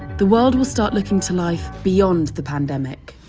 the world will start looking to life, beyond the pandemic